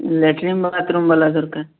latrine bathroom ବାଲା ଦରକାର